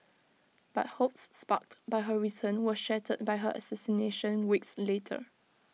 but hopes sparked by her return were shattered by her assassination weeks later